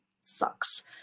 sucks